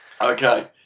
okay